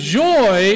joy